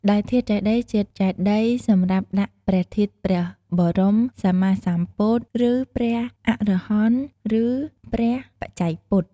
ដែលធាតុចេតិយ ជាចេតិយសម្រាប់ដាក់ព្រះធាតុព្រះបរម សម្មាសម្ពុទ្ធ ឬ ព្រះអរហន្ត ឬ ព្រះបច្ចេកពុទ្ធ។